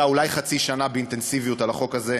אולי חצי שנה באינטנסיביות על החוק הזה,